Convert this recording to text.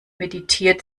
meditiert